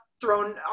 thrown